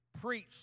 Preach